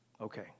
okay